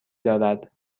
دارد